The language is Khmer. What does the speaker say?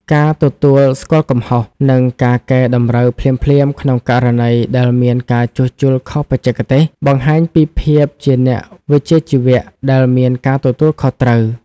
ការទទួលស្គាល់កំហុស និងការកែតម្រូវភ្លាមៗក្នុងករណីដែលមានការជួសជុលខុសបច្ចេកទេស បង្ហាញពីភាពជាអ្នកវិជ្ជាជីវៈដែលមានការទទួលខុសត្រូវ។